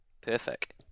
Perfect